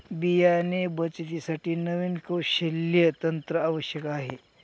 बियाणे बचतीसाठी नवीन कौशल्य तंत्र आवश्यक आहे